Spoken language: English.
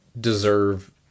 deserve